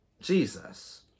Jesus